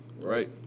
Right